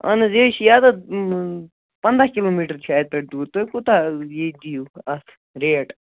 اَہن حظ یہِ حظ چھِ یَتٮ۪تھ پَنٛداہ کِلوٗ میٖٹر چھِ اَتہِ پٮ۪ٹھ دوٗر تُہۍ کوٗتاہ یہِ دِیِو اَتھ ریٹ